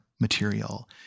material